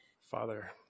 Father